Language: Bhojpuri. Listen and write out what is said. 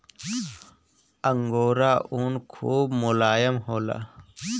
अंगोरा ऊन खूब मोलायम होला